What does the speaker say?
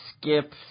skip